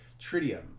tritium